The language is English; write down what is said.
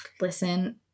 Listen